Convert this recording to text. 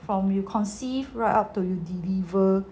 from you conceive right up to you deliver